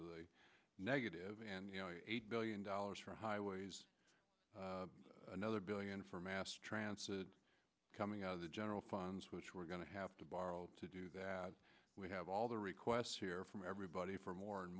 the negative and eight billion dollars for highways another billion for mass transit coming out of the general funds which we're going to have to borrow to do that we have all the requests here from everybody for more and